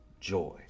joy